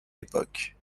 époque